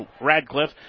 Radcliffe